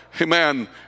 Amen